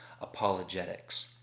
apologetics